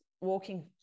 walking